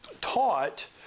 taught